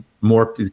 more